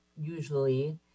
usually